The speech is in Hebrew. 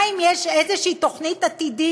מה אם יש איזושהי תוכנית עתידית,